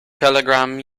telegram